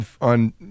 on